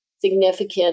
significant